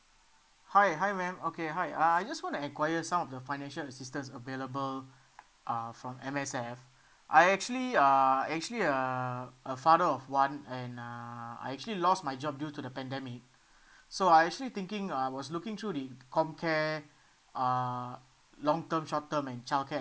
hi hi ma'am okay hi uh I just want to enquire some of the financial assistance available uh from M_S_F I actually uh actually uh a father of one and uh I actually lost my job due to the pandemic so I actually thinking uh I was looking through the com care uh long term short term and childcare